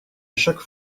chaque